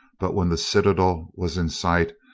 but when the citadel was in sight,